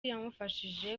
yamufashije